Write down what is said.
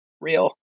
real